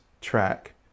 track